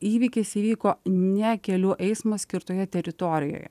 įvykis įvyko ne kelių eismui skirtoje teritorijoje